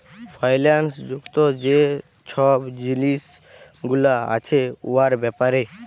ফাইল্যাল্স যুক্ত যে ছব জিলিস গুলা আছে উয়ার ব্যাপারে